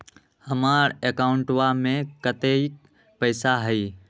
हमार अकाउंटवा में कतेइक पैसा हई?